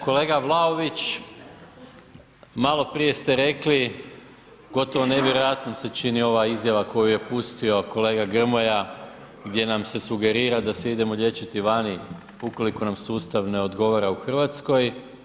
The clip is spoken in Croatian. Kolega Vlaović, malo prije ste rekli, gotovo nevjerojatnom se čini ova izjava koju je pustio kolega Grmoja gdje nam se sugerira da se idemo liječiti vani ukoliko nam sustav ne odgovara u Hrvatskoj.